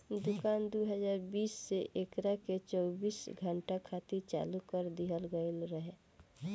दुकान दू हज़ार बीस से एकरा के चौबीस घंटा खातिर चालू कर दीहल गईल रहे